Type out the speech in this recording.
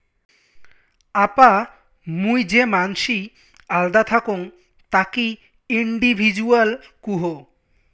আপা মুই যে মানসি আল্দা থাকং তাকি ইন্ডিভিজুয়াল কুহ